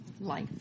Life